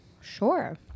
Sure